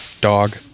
dog